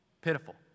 Pitiful